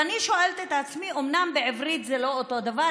ואני שואלת את עצמי: אומנם בעברית זה לא אותו דבר,